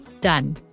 Done